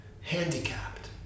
handicapped